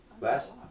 Last